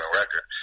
record